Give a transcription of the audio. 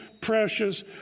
precious